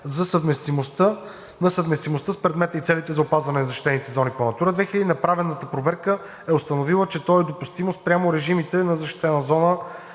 на съвместимостта с предмета и целите за опазване на защитените зони по „Натура 2000“. Направената проверка е установила, че то е допустимо спрямо режимите на защитена зона